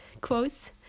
quotes